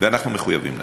ואנחנו מחויבים להם.